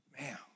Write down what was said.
man